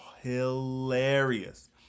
Hilarious